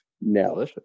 No